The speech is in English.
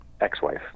ex-wife